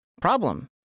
Problem